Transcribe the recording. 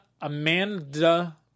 Amanda